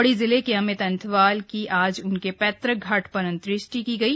पौड़ी जिले के अमित अणथ्वाल की आज उनके पैतृक घाट पर अन्त्येष्टि की गई